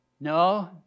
No